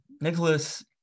Nicholas